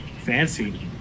fancy